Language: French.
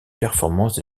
performances